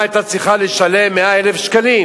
שמתפילים את המים, 70 מיליון קוב נשפכו לים.